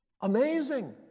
Amazing